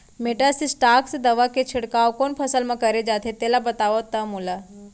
Metasystox दवा के छिड़काव कोन फसल म करे जाथे तेला बताओ त मोला?